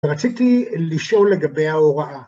‫רציתי לשאול לגבי ההוראה.